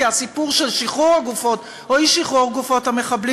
כי הסיפור של שחרור הגופות או אי-שחרור גופות המחבלים